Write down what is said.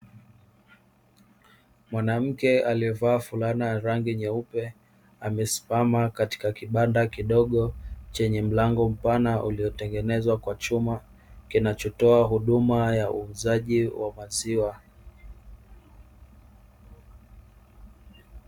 Mwanamke aliyevaa fulana ya rangi nyeupe amesimama katika kibanda kidogo chenye mlango mpana, uliotengenezwa kwa chuma, kinachotoa huduma ya uuzaji wa maziwa.